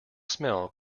smell